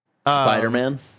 Spider-Man